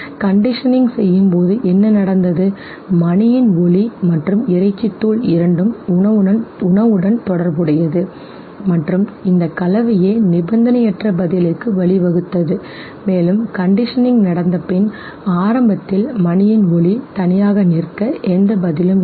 conditioning செய்யும் போது என்ன நடந்தது மணியின் ஒலி மற்றும் இறைச்சி தூள் இரண்டும் உணவுடன் தொடர்புடையது மற்றும் இந்த கலவையே நிபந்தனையற்ற பதிலுக்கு வழிவகுத்தது மேலும் கண்டிஷனிங் நடந்தபின் ஆரம்பத்தில் மணியின் ஒலி தனியாக நிற்க எந்த பதிலும் இல்லை